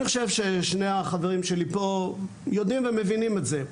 אני חושב ששני החברים שלי פה יודעים ומבינים את זה.